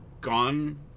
gone